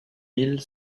mille